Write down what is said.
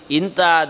inta